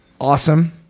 awesome